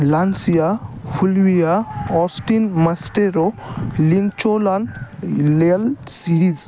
Lancia Fulvia Austin Maestro लिंचोलान लेयल सिहिज